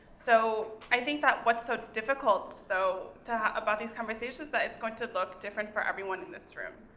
so i think that what's so difficult though about these conversation is that it's going to look different for everyone in this room,